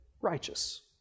righteous